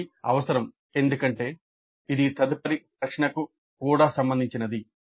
ఇది అవసరం ఎందుకంటే ఇది తదుపరి ప్రశ్నకు కూడా సంబంధించినది